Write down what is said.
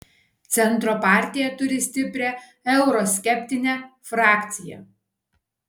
centro partija turi stiprią euroskeptinę frakciją